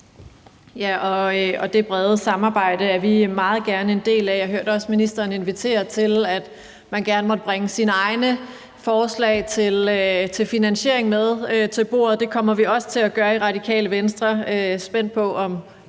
Det brede samarbejde er vi meget gerne en del af. Jeg hørte også ministeren invitere til, at man gerne måtte bringe sine egne forslag til finansiering med til bordet, og det kommer vi også til at gøre i Radikale Venstre.